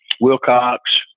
Wilcox